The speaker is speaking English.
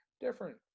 different